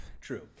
True